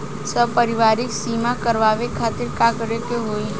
सपरिवार बीमा करवावे खातिर का करे के होई?